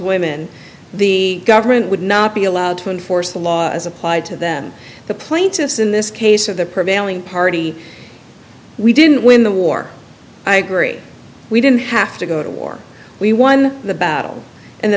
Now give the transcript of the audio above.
women the government would not be allowed to enforce the law as applied to them the plaintiffs in this case of the prevailing party we didn't win the war i agree we didn't have to go to war we won the battle and the